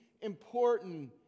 important